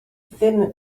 ddim